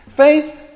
Faith